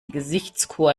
gesichtskur